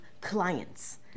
clients